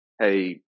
hey